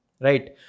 right